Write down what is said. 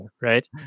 right